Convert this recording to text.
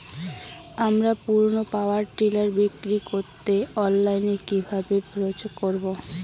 আমার পুরনো power tiller বিক্রি করাতে অনলাইনে কিভাবে প্রচার করব?